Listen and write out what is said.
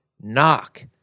Knock